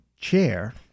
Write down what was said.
chair